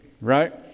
right